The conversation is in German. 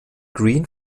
green